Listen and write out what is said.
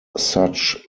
such